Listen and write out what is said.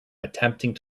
attempting